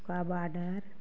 उसका बाडर